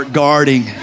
guarding